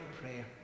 prayer